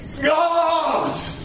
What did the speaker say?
God